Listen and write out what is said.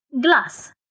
glass